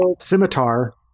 scimitar